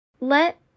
Let